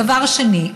דבר שני,